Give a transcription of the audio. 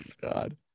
God